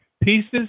pieces